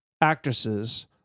actresses